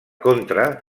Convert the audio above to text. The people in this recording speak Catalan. contra